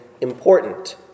important